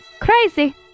crazy